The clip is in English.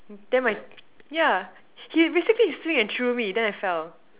then my ya he basically swing and threw me then I fell